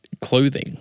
clothing